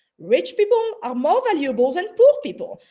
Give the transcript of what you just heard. rich people are more valuable than poor people.